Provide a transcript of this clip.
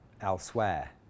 elsewhere